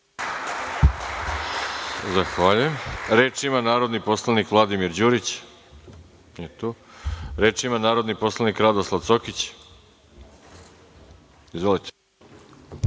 Zahvaljujem. Reč ima narodni poslanik Vladimir Đurić. Nije tu. Reč ima narodni poslanik Radoslav Cokić. Izvolite.